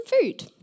food